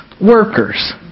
workers